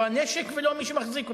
לא הנשק ולא מי שמחזיק אותו.